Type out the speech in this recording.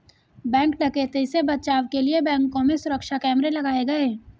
bank डकैती से बचाव के लिए बैंकों में सुरक्षा कैमरे लगाये गये